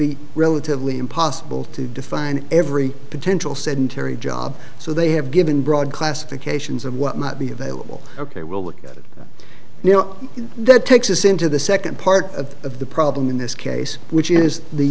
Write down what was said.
be relatively impossible to define every potential sedentary job so they have given broad classifications of what might be available ok we'll look at it you know that takes us into the second part of the problem in this case which is the